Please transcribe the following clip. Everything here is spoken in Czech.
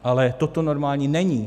Ale toto normální není.